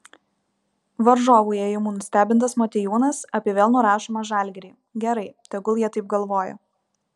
varžovų ėjimų nustebintas motiejūnas apie vėl nurašomą žalgirį gerai tegul jie taip galvoja